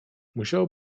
musiało